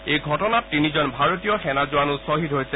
এই ঘটনাত তিনিজন ভাৰতীয় সেনা জোৱানো শ্বহীদ হৈছে